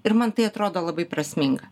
ir man tai atrodo labai prasminga